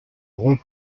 rond